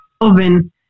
oven